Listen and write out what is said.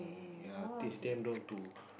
ya teach them not to